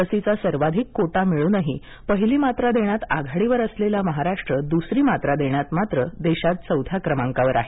लसींचा सर्वाधिक कोटा मिळूनही पहिली मात्रा देण्यात आघाडीवर असलेला महाराष्ट्र दु्सरी मात्रा देण्यात मात्र देशात चौथ्या क्रमांकावर आहे